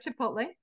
Chipotle